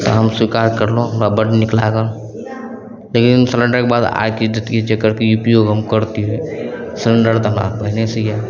तऽ हम स्वीकार करलहुँ हमरा बड़ नीक लागल लेकिन सिलेण्डरके बाद आइके डेटके जकर कि उपयोग हम करतिए सिलेण्डर तऽ हमरा पहिलेसे यऽ